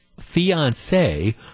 fiancee